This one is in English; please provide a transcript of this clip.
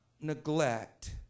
neglect